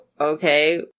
okay